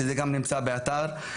שזה גם נמצא באתר,